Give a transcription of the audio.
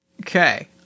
Okay